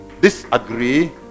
Disagree